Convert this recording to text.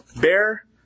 Bear